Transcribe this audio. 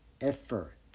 effort